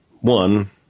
One